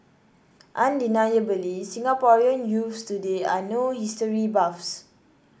undeniably Singaporean youths today are no history buffs